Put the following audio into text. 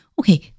Okay